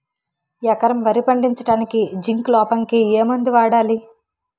ఎకరం వరి పండించటానికి జింక్ లోపంకి ఏ మందు వాడాలి?